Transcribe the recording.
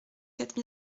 quatre